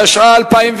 התשע"א 2010?